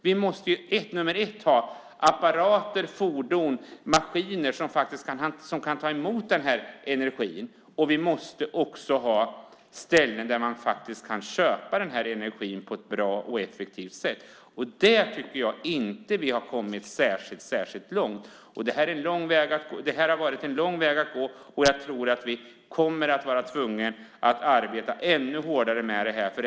Vi måste först och främst ha apparater, fordon och maskiner som kan ta emot den här energin, och vi måste också ha ställen där man faktiskt kan köpa den här energin på ett bra och effektivt sätt. Där tycker jag inte att vi har kommit särskilt långt. Det har varit lång väg att gå, och jag tror att vi kommer att vara tvungna att arbeta ännu hårdare med det här.